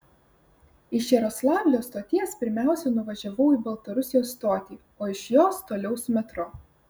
iš jaroslavlio stoties pirmiausia nuvažiavau į baltarusijos stotį o iš jos toliau su metro